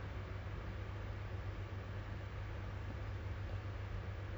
cause last time I play I used to play competitive when I was more when I got more time ah